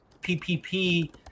PPP